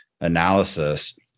analysis